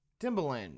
Timbaland